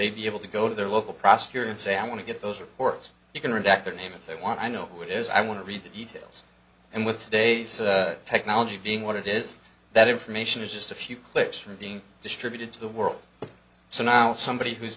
they be able to go to their local prosecutor and say i want to get those reports you can read back their name if they want i know who it is i want to read the details and with today's technology being what it is that information is just a few clicks from being distributed to the world so now somebody who's